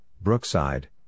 Brookside